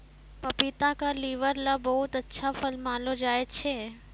पपीता क लीवर ल बहुत अच्छा फल मानलो जाय छै